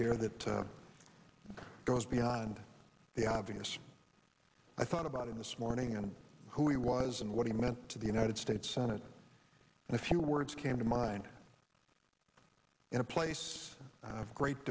here that goes beyond the obvious i thought about it this morning and who he was and what he meant to the united states senate and a few words came to mind in a place